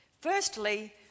Firstly